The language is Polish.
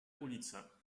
ulice